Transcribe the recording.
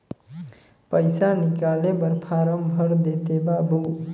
पइसा निकाले बर फारम भर देते बाबु?